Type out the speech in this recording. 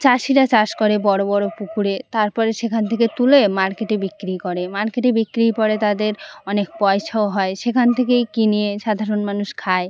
চাষিরা চাষ করে বড় বড় পুকুরে তার পরে সেখান থেকে তুলে মার্কেটে বিক্রি করে মার্কেটে বিক্রির পরে তাদের অনেক পয়সাও হয় সেখান থেকেই কিনে সাধারণ মানুষ খায়